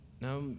Now